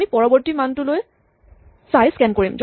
আমি পৰৱৰ্তী মানটোলৈ চাই স্কেন কৰিম